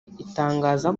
itangaza